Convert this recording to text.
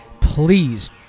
please